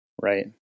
Right